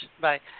Bye